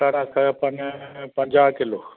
पटाटा खपनि पंजाहु किलो